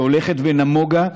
שהולכת ונמוגה,